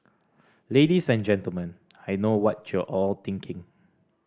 ladies and Gentlemen I know what you're all thinking